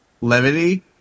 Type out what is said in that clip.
levity